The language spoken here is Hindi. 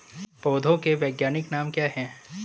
पौधों के वैज्ञानिक नाम क्या हैं?